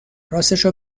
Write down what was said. راستشو